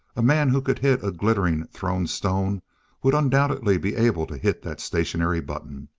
a man who could hit a glittering thrown stone would undoubtedly be able to hit that stationary button.